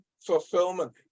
fulfillment